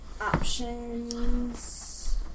options